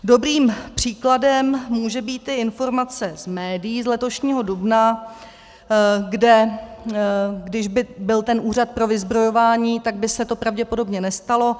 Dobrým příkladem může být i informace z médií z letošního dubna, kde, kdyby byl ten úřad pro vyzbrojování, tak by se to pravděpodobně nestalo.